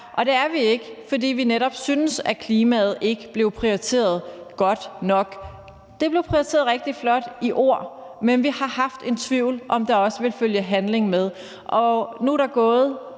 og det er vi ikke, fordi vi netop synes, at klimaet ikke blev prioriteret godt nok. Det blev prioriteret rigtig flot i ord, men vi har haft en tvivl om, om der også ville følge handling med.